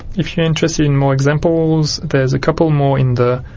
if you're interested in more examples, there's a couple more in the